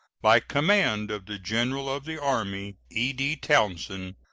by command of the general of the army e d. townsend,